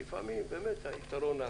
כי לפעמים באמת היתרון,